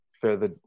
further